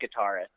guitarist